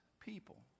people